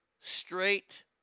straight